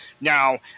now